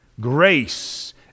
grace